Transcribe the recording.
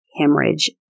hemorrhage